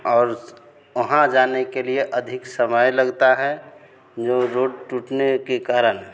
और उस वहाँ जाने के लिए अधिक समय लगता है जो रोड टूटने के कारण